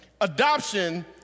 Adoption